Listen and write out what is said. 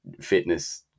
fitness